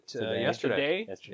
Yesterday